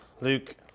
luke